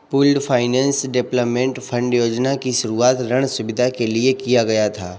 pooled finance development fund योजना की शुरूआत ऋण सुविधा के लिए किया गया है